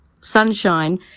sunshine